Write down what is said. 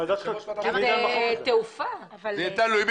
זה אמור ללכת